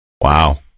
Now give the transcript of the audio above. Wow